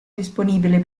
disponibili